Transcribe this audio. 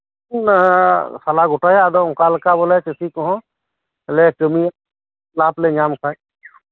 ᱥᱟᱞᱟᱜᱚᱴᱟᱭᱟ ᱟᱫᱚ ᱚᱱᱠᱟᱞᱮᱠᱟ ᱵᱚᱞᱮ ᱪᱟᱹᱥᱤ ᱠᱚᱦᱚᱸ ᱞᱮ ᱠᱟᱹᱢᱤᱭᱟ ᱚᱱᱟ ᱠᱚᱞᱮ ᱧᱟᱢ ᱠᱷᱟᱡ